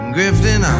Grifting